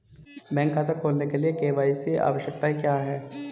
Bank खाता खोलने के लिए के.वाई.सी आवश्यकताएं क्या हैं?